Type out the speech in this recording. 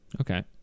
Okay